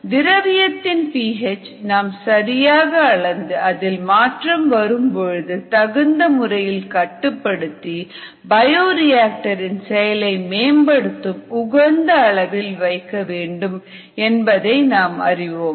திரவியத்தின் P H நாம் சரியாக அளந்து அதில் மாற்றம் வரும் பொழுது தகுந்த முறையில் கட்டுப்படுத்தி பயோரிஆக்டர் இன் செயலை மேம்படுத்தும் உகந்த அளவில் வைக்க வேண்டும் என்பதை நாம் அறிவோம்